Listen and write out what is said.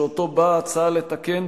שאותו באה ההצעה לתקן,